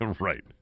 right